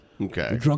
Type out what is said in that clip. Okay